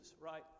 right